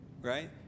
right